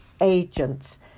agents